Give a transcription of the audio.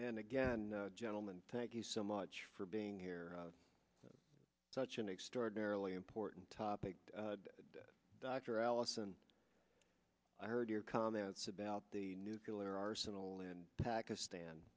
and again gentlemen thank you so much for being here such an extraordinarily important topic dr allison i heard your comments about the nuclear arsenal in pakistan